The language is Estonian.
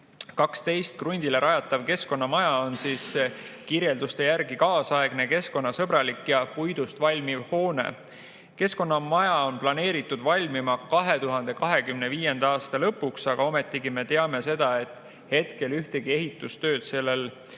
12 krundile rajatav Keskkonnamaja on kirjelduste järgi kaasaegne, keskkonnasõbralik ja puidust hoone. Keskkonnamaja on planeeritud valmima 2025. aasta lõpuks, aga ometigi me teame, et hetkel mingit ehitustööd sellel kinnistul